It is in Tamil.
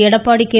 எடப்பாடி கே